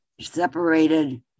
separated